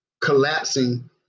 collapsing